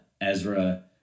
Ezra